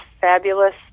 fabulous